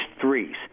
threes